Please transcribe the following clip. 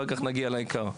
אחר כך נגיע לעיקר,